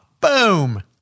Boom